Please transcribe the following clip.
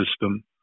system